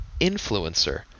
Influencer